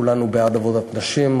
כולנו בעד עבודת נשים.